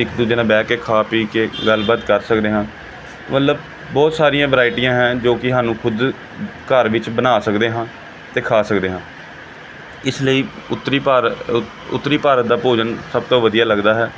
ਇੱਕ ਦੂਜੇ ਨਾਲ ਬਹਿ ਕੇ ਖਾ ਪੀ ਕੇ ਗੱਲਬਾਤ ਕਰ ਸਕਦੇ ਹਾਂ ਮਤਲਬ ਬਹੁਤ ਸਾਰੀਆਂ ਵਰਾਇਟੀਆਂ ਹੈ ਜੋ ਕਿ ਸਾਨੂੰ ਖੁਦ ਘਰ ਵਿੱਚ ਬਣਾ ਸਕਦੇ ਹਾਂ ਅਤੇ ਖਾ ਸਕਦੇ ਹਾਂ ਇਸ ਲਈ ਉੱਤਰੀ ਭਾਰ ਉੱਤਰੀ ਭਾਰਤ ਦਾ ਭੋਜਨ ਸਭ ਤੋਂ ਵਧੀਆ ਲੱਗਦਾ ਹੈ